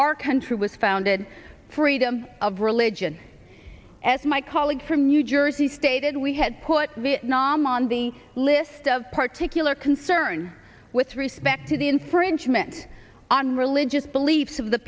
our country was founded freedom of religion as my colleague from new jersey stated we had put vietnam on the list of particularly concern with respect to the infringement on religious beliefs of the